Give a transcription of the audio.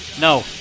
No